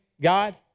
God